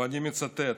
ואני מצטט: